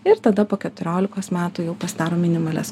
ir tada po keturiolikos metų jau pasidarom minimalias